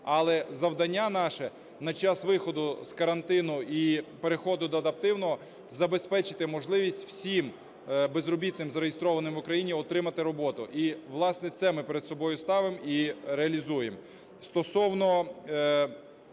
Але завдання наше на час виходу з карантину і переходу до адаптивного – забезпечити можливість всім безробітним, зареєстрованим в Україні, отримати роботу. І, власне, це ми перед собою ставимо і реалізуємо.